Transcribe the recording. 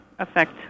affect